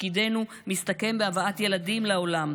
שתפקידנו מסתכם בהבאת ילדים לעולם,